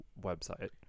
website